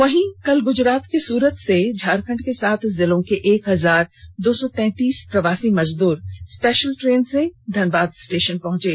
वहीं कल गुजरात के सूरत से झारखंड के सात जिलों के एक हजार दौ सौ तैंतीस प्रवासी मजदूर स्पेषल ट्रेन से धनबाद स्टेषन पहुंचे